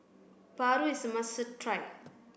Paru is a must try